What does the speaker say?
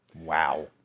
Wow